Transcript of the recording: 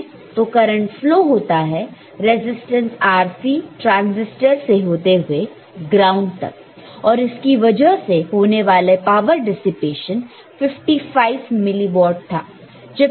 तो current flow होता है रेजिस्टेंस RC ट्रांसिस्टर से होते हुए ग्राउंड तक और इसकी वजह से होने वाला पावर डिसिपेशन 55 मिलीवॉट था